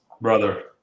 brother